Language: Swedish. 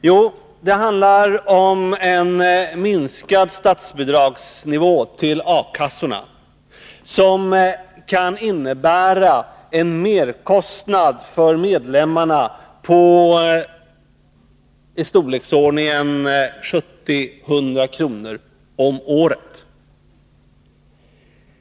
Jo, det handlar om en sänkt nivå på statsbidraget till A-kassorna, som kan innebära en merkostnad för medlemmarna på i storleksordningen 70-100 kr. om året.